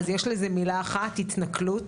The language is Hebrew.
אז יש לזה מילה אחת התנכלות.